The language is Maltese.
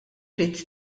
ridt